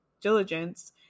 diligence